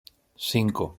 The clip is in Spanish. cinco